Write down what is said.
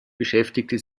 beschäftigte